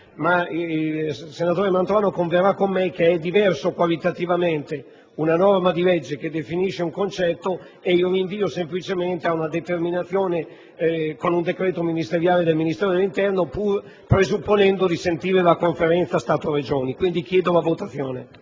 ma il Sottosegretario converrà con me che è diverso qualitativamente: una norma di legge che definisce un concetto è diversa da un semplice rinvio ad una determinazione con decreto ministeriale del Ministero dell'interno, pur presupponendo di sentire la Conferenza Stato-Regioni. Quindi, insisto per la votazione